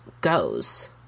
goes